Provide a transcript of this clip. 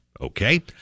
Okay